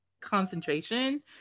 concentration